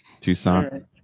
Tucson